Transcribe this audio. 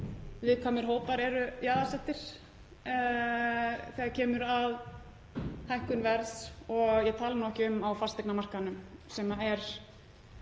viðkvæmir hópar eru jaðarsettir þegar kemur að hækkun verðs og ég tala nú ekki um á fasteignamarkaðnum sem er